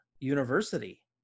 University